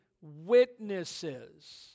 witnesses